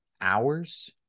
hours